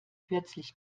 plötzlich